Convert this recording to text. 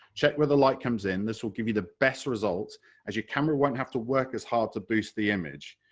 check where the light comes in, this will give you the best result as your camera won't have to work as hard to boost the image.